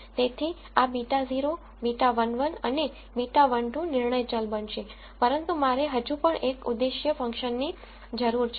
તેથી આ β0 β11 અને β12 નિર્ણય ચલ બનશે પરંતુ મારે હજુ પણ એક ઉદ્દેશ્ય ફંક્શન ની જરૂર છે